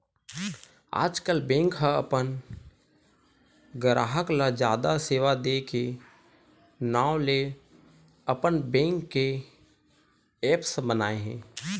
आजकल बेंक ह अपन गराहक ल जादा सेवा दे के नांव ले अपन बेंक के ऐप्स बनाए हे